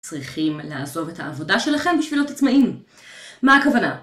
צריכים לעזוב את העבודה שלכם בשביל להיות עצמאים. מה הכוונה?